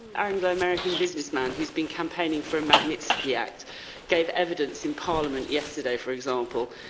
ah anglo american businessman. he's been campaigning for magnitsky act gave evidence in parliament yesterday for example.